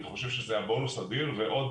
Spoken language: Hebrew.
אני חושב שזה היה בונוס אדיר ועוד